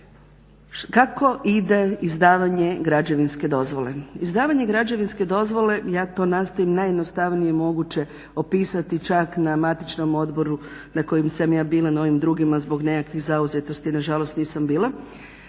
Kako ide izdavanje građevinske dozvole? Izdavanje građevinske dozvole, ja to nastojim najjednostavnije moguće opisati čak na matičnom odboru na kojem sam ja bila, na ovim drugima zbog nekakvih zauzetosti nažalost nisam bila.